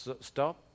stop